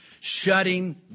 shutting